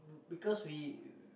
because we